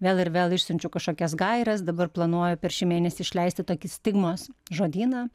vėl ir vėl išsiunčiu kažkokias gaires dabar planuoju per šį mėnesį išleisti tokį stigmos žodyną